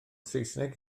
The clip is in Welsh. saesneg